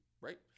right